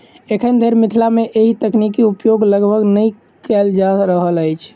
एखन धरि मिथिला मे एहि तकनीक उपयोग लगभग नै कयल जा रहल अछि